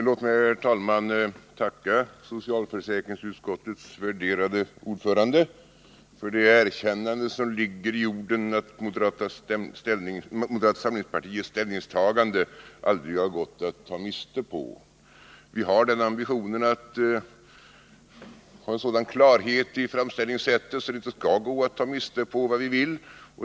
Låt mig, herr talman, tacka socialförsäkringsutskottets värderade ordförande för det erkännande som ligger i orden att moderata samlingspartiets ställningstagande aldrig gått att ta miste på. Vår ambition är att ha en sådan klarhet i framställningssättet att det inte skall gå att ta miste på vad vi vill.